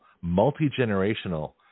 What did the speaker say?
multi-generational